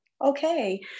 Okay